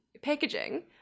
Packaging